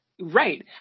Right